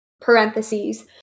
parentheses